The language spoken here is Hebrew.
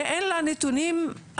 הרי אין לה נתונים אחרים,